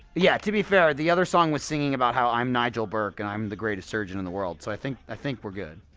yeah, to be fair, the other song was singing about how i'm nigel burke and i'm the greatest surgeon in the world so i think i think we're good